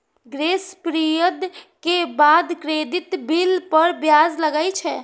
grace period के बाद credit bill पर ब्याज लागै छै